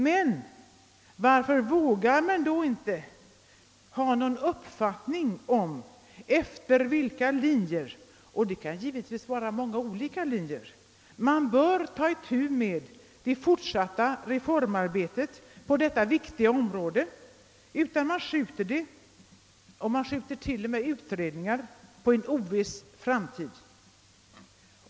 Men varför vågar man då inte ha någon uppfattning om efter vilka linjer — som givetvis kan vara många och skiftande — man bör ta itu med det fortsatta reformarbetet på detta viktiga område? I stället skjuter man det — och inte bara detta utan till och med utredningar — på en obestämd framtid.